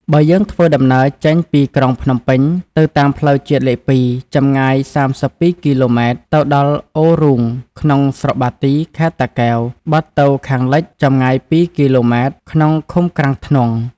បើយើងធ្វើដំណើរចេញពីក្រុងភ្នំពេញទៅតាមផ្លូវជាតិលេខ ២ ចម្ងាយ ៣២ គ.ម ទៅដល់អូររូង ក្នុងស្រុកបាទី ខេត្តតាកែវ បត់ទៅខាងលិចចម្ងាយ ២ គ.ម ក្នុងឃុំក្រាំងធ្នង់។